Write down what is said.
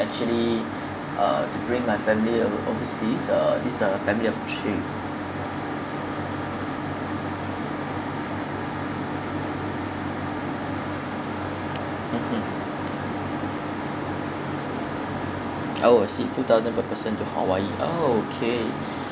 actually uh to bring my family oversea uh this a family of three mmhmm oh I see two thousand per person to hawaii okay